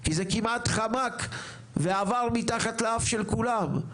כי זה כמעט חמק ועבר מתחת לאף של כולם,